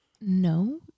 no